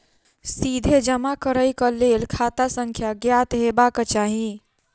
सीधे जमा करैक लेल खाता संख्या ज्ञात हेबाक चाही